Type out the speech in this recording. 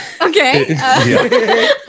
Okay